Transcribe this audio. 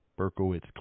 Berkowitz